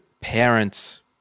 parent's-